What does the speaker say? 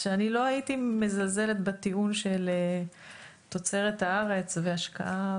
שאני לא הייתי מזלזלת בטיעון של תוצרת הארץ והשקעה